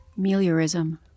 Meliorism